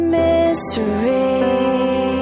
mystery